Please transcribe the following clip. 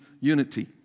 unity